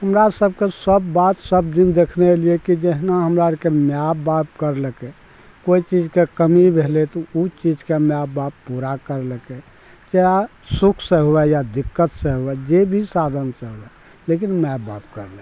हमरा सबके सब बात सब दिन देखने अयलिए कि जेहना हमरा आरके मैआ बाप केलकै कोइ चीजके कमी भेलै तऽ ओ चीजके मैआ बाप पूरा केलकै चाहे सुख से हुए या दिक्कत से हुए जे भी साधन से हुए लेकिन मैआ बाप केलकै